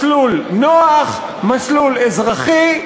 מסלול נוח, מסלול אזרחי,